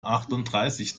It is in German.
achtunddreißig